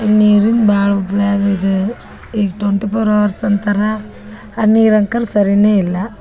ನೀರಿಂದು ಭಾಳ ಹುಬ್ಳಿಯಾಗ ಇದು ಈಗ ಟೊಂಟಿ ಫೋರ್ ಅವರ್ಸ್ ಅಂತಾರೆ ಆ ನೀರು ಅಂಕರ್ ಸರಿಯೇ ಇಲ್ಲ